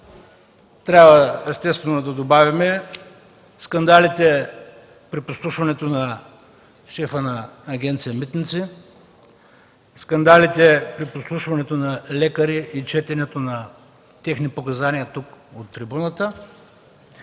трябва да добавим скандалите при подслушването на шефа на Агенция „Митници”, скандалите при подслушването на лекари и четенето на техни показания тук, от трибуната.